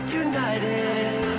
united